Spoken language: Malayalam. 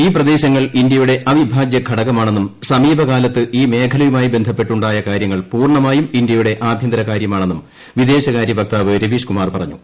ഈ പ്രദേശങ്ങൾ ഇന്ത്യയുടെ അഭിവാജ്യഘടക മാണെന്നും സമീപകാലത്ത് ഈ മേഖലയുമായി ബന്ധപ്പെട്ട് ഉണ്ടായ കാര്യങ്ങൾ പൂർണ്ണമായും ഇന്ത്യയുടെ ആഭ്യന്തരകാര്യമാണെന്നും വിദേശകാര്യ വക്താവ് രവീഷ്കുമാർ പറഞ്ഞു